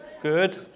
Good